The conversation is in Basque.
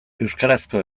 euskarazko